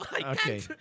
Okay